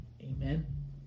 Amen